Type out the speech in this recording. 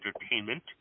Entertainment